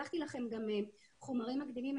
שלחתי לכם חומרים מקדימים,